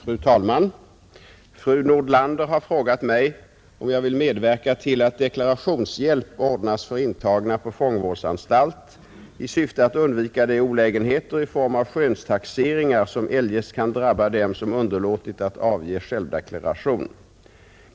Fru talman! Fru Nordlander har frågat mig om jag vill medverka till att deklarationshjälp ordnas för intagna på fångvårdsanstalt i syfte att undvika de olägenheter i form av skönstaxeringar som eljest kan drabba dem som underlåtit att avge självdeklaration.